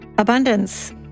abundance